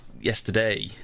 yesterday